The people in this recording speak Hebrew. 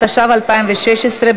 התשע"ו 2016,